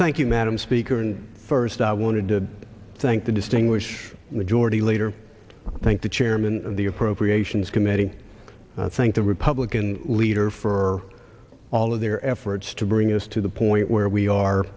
thank you madam speaker and first i want to thank to distinguish majority leader thank the chairman of the appropriations committee thank the republican leader for all of their efforts to bring us to the point where we are